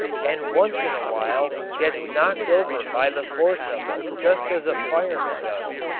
and once in a while gets knocked over by the force of it, just as a fireman does.